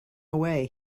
away